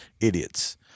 idiots